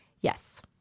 Yes